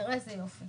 תראה איזה יופי